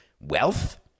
wealth